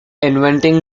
inventing